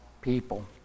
people